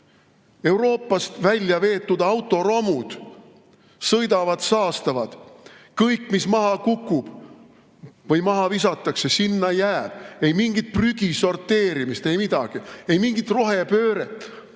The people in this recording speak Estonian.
Euroopast välja veetud autoromud sõidavad, saastavad. Kõik, mis maha kukub või maha visatakse, sinna jääb. Ei mingit prügi sorteerimist, ei midagi. Ei mingit rohepööret.